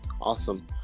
awesome